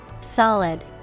Solid